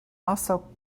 also